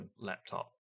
laptop